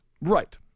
right